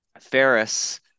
Ferris